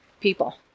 People